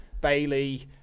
Bailey